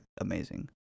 amazing